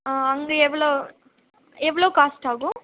ஆ அங்கே எவ்வளோ எவ்வளோ காஸ்ட் ஆகும்